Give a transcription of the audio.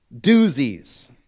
doozies